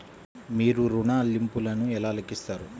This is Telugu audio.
మీరు ఋణ ల్లింపులను ఎలా లెక్కిస్తారు?